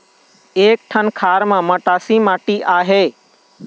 एक ठन खार म मटासी माटी आहे?